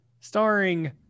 starring